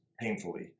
painfully